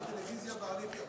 שמעתי בטלוויזיה ועליתי,